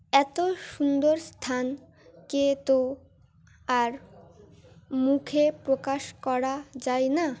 এত সুন্দর স্থানকে তো আর মুখে প্রকাশ করা যায় না